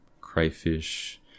crayfish